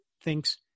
thinks